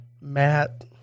Matt